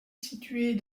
située